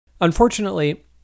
Unfortunately